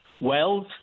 wells